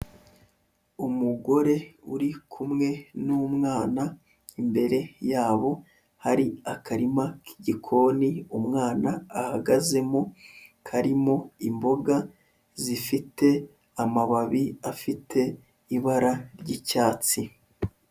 Umugore uri kumwe n'umwana, imbere yabo hari akarima gikoni umwana ahagazemo, karimo imboga zifite amababi afite ibara ry'icyatsi.